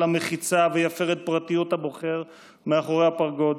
המחיצה ויפר את פרטיות הבוחר מאחורי הפרגוד